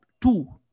two